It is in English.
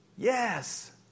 Yes